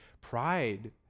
pride